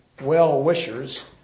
well-wishers